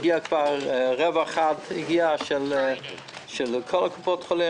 הגיע רבע אחד של כל קופות החולים.